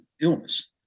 illness